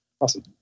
Awesome